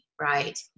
right